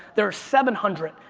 there are seven hundred,